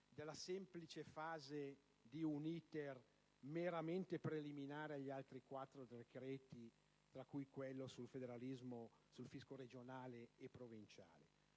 della semplice fase di un *iter* meramente preliminare agli altri quattro decreti, tra cui quello sul fisco regionale e provinciale.